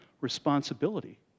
responsibility